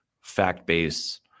fact-based